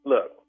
Look